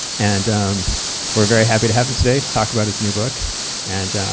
and we're very happy to have him today to talk about his new book and